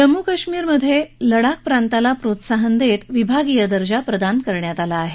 जम्मू काश्मिरात लडाख प्रांताला प्रोत्साहन देत विभागीय दर्जा प्रदान करण्यात आला आहे